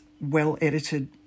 well-edited